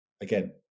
Again